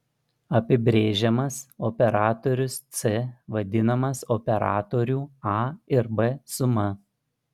apibrėžiamas operatorius c vadinamas operatorių a ir b suma